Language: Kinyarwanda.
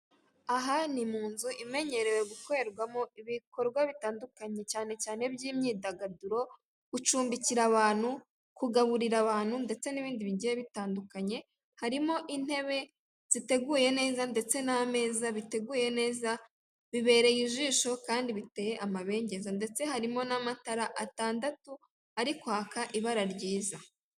Aha ni mu nzu imenyerewe gukorerwamo ibikorwa bitandukanye cyane cyane by'imyidagaduro, gucumbikira abantu, kugaburira abantu ndetse n'ibindi bigiye bitandukanye. Harimo intebe ziteguye neza ndetse n'ameza biteguye neza bibereye ijisho kandi biteye amabengeza ndetse harimo n'amatara atandatu ari kwaka ibara ryiza.